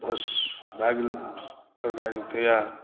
बस भए गेल तरकारी तैआर